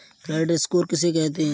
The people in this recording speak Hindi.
क्रेडिट स्कोर किसे कहते हैं?